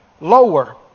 lower